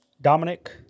Dominic